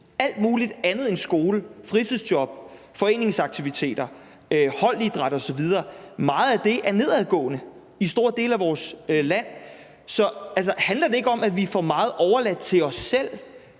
alt muligt andet end skole – fritidsjob, foreningsaktiviteter, holdidræt osv. – er nedadgående i store dele af vores land. Så handler det grundlæggende ikke om, at vi er for meget overladt til os selv